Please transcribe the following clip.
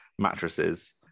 Mattresses